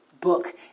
book